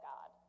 God